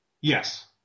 Yes